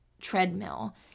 treadmill